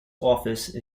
office